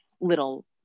little